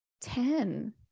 ten